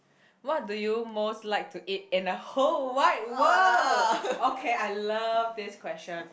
what do you most like to eat in the whole wide world okay I love this question